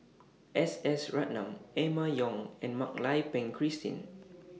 S S Ratnam Emma Yong and Mak Lai Peng Christine